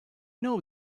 know